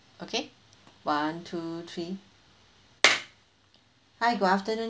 okay one two three hi good afternoon